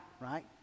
right